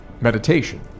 meditation